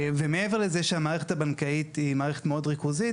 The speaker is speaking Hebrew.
ומעבר לזה שהמערכת הבנקאית היא מערכת מאוד ריכוזית,